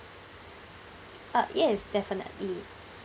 uh yes definitely